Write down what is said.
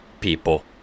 people